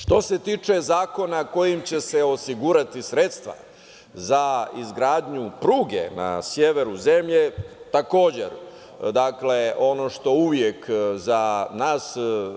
Što se tiče zakona kojim će se osigurati sredstva za izgradnju pruge na severu zemlje, takođe ono što uvek za nas